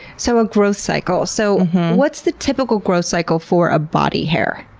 so, a growth cycle. so what's the typical growth cycle for a body hair?